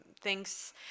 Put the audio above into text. thinks